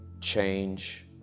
change